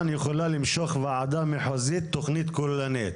יכולה למשוך ועדה מחוזית תכנית כוללנית.